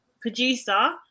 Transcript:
Producer